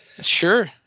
Sure